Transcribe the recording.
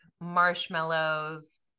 marshmallows